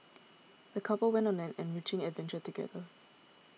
the couple went on an enriching adventure together